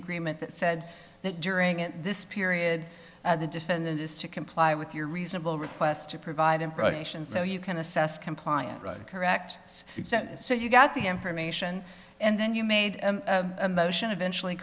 agreement that said that during this period the defendant has to comply with your reasonable request to provide information so you can assess compliance correct so you've got the information and then you made a motion eventually